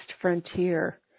frontier